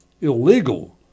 illegal